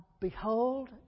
behold